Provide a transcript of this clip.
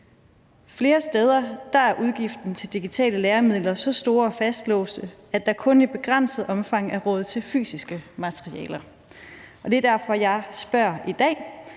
Flere steder er udgiften til digitale læremidler så store og fastlåste, at der kun i begrænset omfang er råd til fysiske materialer. Det er derfor, jeg i dag